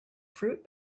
fruit